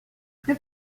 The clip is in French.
plus